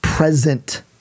present